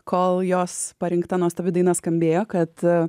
kol jos parinkta nuostabi daina skambėjo kad